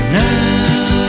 now